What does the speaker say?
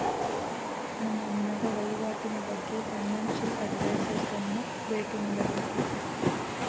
ನಮ್ಮ ಹಣದ ವಹಿವಾಟಿನ ಬಗ್ಗೆ ಫೈನಾನ್ಸಿಯಲ್ ಅಡ್ವೈಸರ್ಸ್ ಅನ್ನು ಬೇಟಿ ಮಾಡಬೇಕು